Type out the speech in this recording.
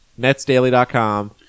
Netsdaily.com